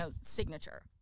signature